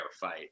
fight